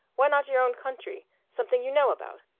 why not your own country? something you know about?